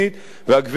והגברת לבני,